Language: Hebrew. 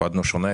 עבדנו שונה,